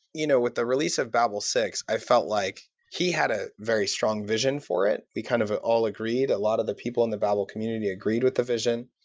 you know with the release of babel six, i felt like he had a very strong vision for it. we kind of ah all agreed. a lot of the people in the babel community agreed with the vision.